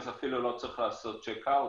הכנסתי ללא צורך לעשות צ'ק-אאוט,